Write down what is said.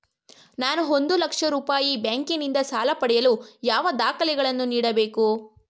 ನಾನು ಒಂದು ಲಕ್ಷ ರೂಪಾಯಿ ಬ್ಯಾಂಕಿನಿಂದ ಸಾಲ ಪಡೆಯಲು ಯಾವ ದಾಖಲೆಗಳನ್ನು ನೀಡಬೇಕು?